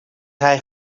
hij